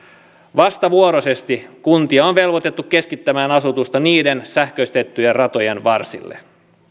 vastavuoroisesti kuntia on velvoitettu keskittämään asutusta niiden sähköistettyjen ratojen varsille